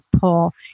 Paul